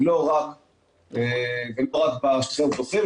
ולא רק חלק בחופים.